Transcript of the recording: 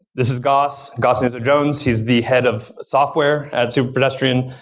this is goss, goss nuzzo-jones. he's the head of software at superpedestrian.